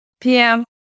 PM